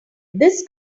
this